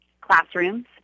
classrooms